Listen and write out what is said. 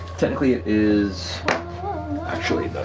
technically it is actually